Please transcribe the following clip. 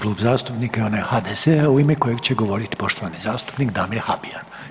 Klub zastupnika je onaj HDZ-a u ime kojeg će govoriti poštovani zastupnik Damir Habijan.